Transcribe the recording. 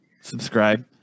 subscribe